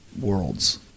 worlds